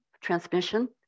transmission